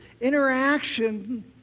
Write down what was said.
interaction